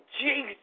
Jesus